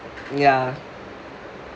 ya